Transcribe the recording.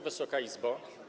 Wysoka Izbo!